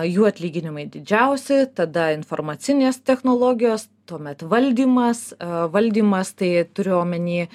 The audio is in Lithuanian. jų atlyginimai didžiausi tada informacinės technologijos tuomet valdymas valdymas tai turiu omeny